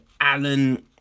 Alan